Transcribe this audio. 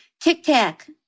Tic-tac